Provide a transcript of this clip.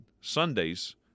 Sunday's